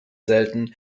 selten